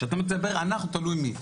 כשאתה מדבר "אנחנו", תלוי מי.